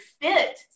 fit